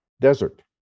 desert